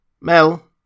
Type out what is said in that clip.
Mel